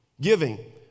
Giving